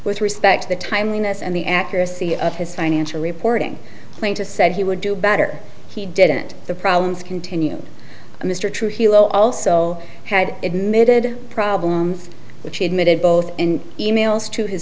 with respect to the timing that and the accuracy of his financial reporting claim to said he would do better he didn't the problems continue mr trujillo also had admitted problems which he admitted both in emails to his